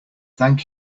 thank